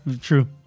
true